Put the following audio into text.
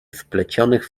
splecionych